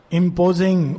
imposing